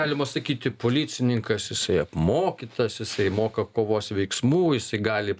galima sakyti policininkas jisai apmokytas jisai moka kovos veiksmų jisai gali